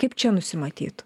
kaip čia nusimatyt